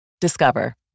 Discover